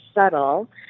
subtle